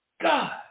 God